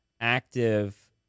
active